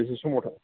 बेसे समाव